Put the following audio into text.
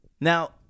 Now